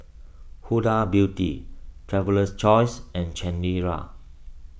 Huda Beauty Traveler's Choice and Chanira